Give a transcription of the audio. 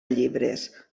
llibres